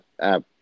app